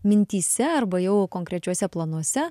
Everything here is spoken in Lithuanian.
mintyse arba jau konkrečiuose planuose